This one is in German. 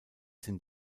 sind